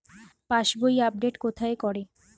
পাসবই update কোথায় করে?